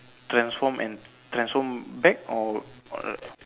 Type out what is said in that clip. transform and transform back or or like